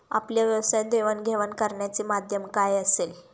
आपल्या व्यवसायात देवाणघेवाण करण्याचे माध्यम काय असेल?